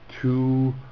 two